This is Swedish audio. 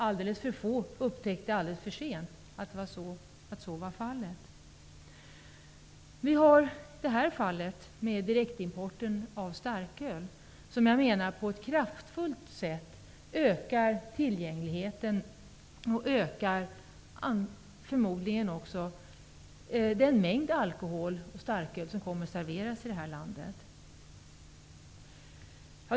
Alldeles för få människor upptäckte alldeles för sent att det var fallet. Jag menar att direktimporten av starköl kraftigt ökar tillgängligheten och förmodligen också den mängd alkohol och starköl som kommer att serveras i landet.